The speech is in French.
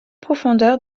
profondeur